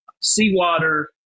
seawater